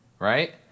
Right